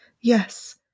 yes